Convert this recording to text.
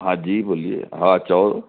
हां जी बोलिए हा चयो